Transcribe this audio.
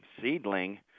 seedling